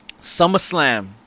SummerSlam